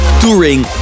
touring